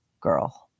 girl